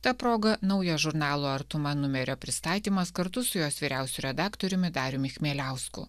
ta proga naujo žurnalo artuma numerio pristatymas kartu su jos vyriausiu redaktoriumi dariumi chmieliausku